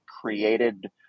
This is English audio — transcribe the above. created